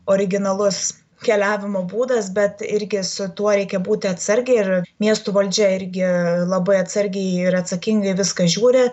originalus keliavimo būdas bet irgi su tuo reikia būti atsargiai ir miestų valdžia irgi labai atsargiai ir atsakingai į viską žiūri